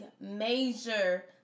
major